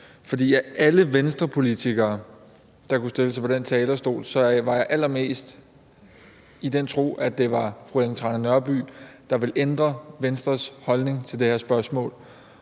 af alle Venstrepolitikere, der kunne stille sig op på talerstolen, troede jeg mest på, at det var fru Ellen Trane Nørby, der ville ændre Venstres holdning til det her spørgsmål